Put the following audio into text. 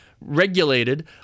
regulated